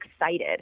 excited